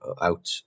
out